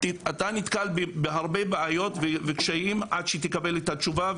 אתה נתקל בהרבה בעיות וקשיים עד שתקבל את התשובה,